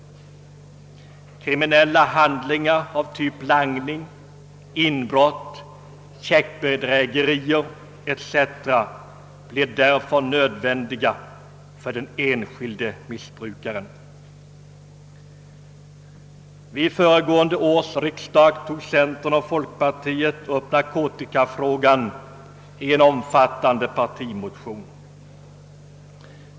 Kriminella handlingar av typ langning, inbrott, checkbedrägerier etc. blir därför nödvändiga för den enskilde missbrukaren. tern och folkpartiet upp narkotikafrågan i en omfattande partimotion.